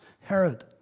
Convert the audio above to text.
Herod